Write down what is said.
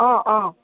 অঁ অঁ